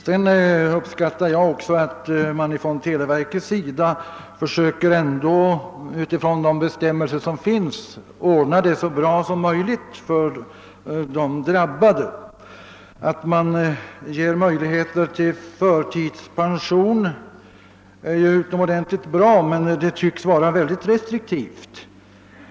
Sedan vill jag säga att även jag uppskattar att televerket på basis av gällande bestämmelser ändå försöker ordna det så bra som möjligt för de drabbade. Att man ger möjligheter till förtidspension är utomordentligt bra, men det tycks ske mycket restriktivt.